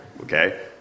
okay